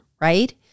right